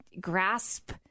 grasp